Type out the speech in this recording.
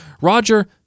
roger